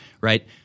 right